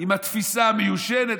עם התפיסה המיושנת.